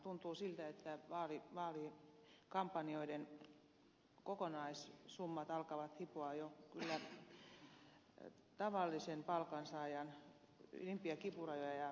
tuntuu siltä että vaalikampanjoiden kokonaissummat alkavat hipoa jo kyllä tavallisen palkansaajan ylimpiä kipurajoja